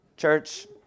Church